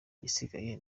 igisigaye